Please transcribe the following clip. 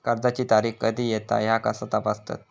कर्जाची तारीख कधी येता ह्या कसा तपासतत?